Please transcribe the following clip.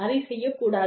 அதைச் செய்யக்கூடாது